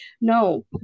no